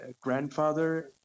grandfather